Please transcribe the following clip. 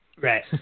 Right